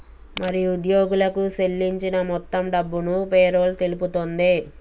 మరి ఉద్యోగులకు సేల్లించిన మొత్తం డబ్బును పేరోల్ తెలుపుతుంది